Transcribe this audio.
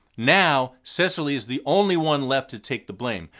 now cecily is the only one left to take the blame,